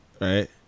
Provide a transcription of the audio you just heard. right